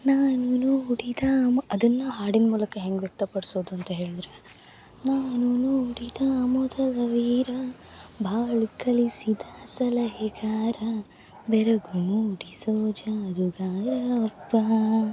ಅದನ್ನ ಹಾಡಿನ ಮೂಲಕ ಹೆಂಗೆ ವ್ಯಕ್ತಪಡ್ಸೋದು ಅಂತ ಹೇಳಿದ್ರೆ